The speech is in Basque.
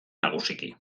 nagusiki